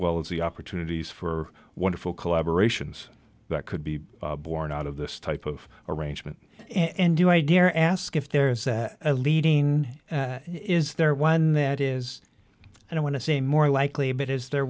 well as the opportunities for wonderful collaboration's that could be born out of this type of arrangement and do i dear ask if there is a leading is there one that is and i want to say more likely a bit is there